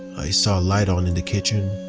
i saw a light on in the kitchen.